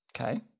okay